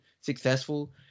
successful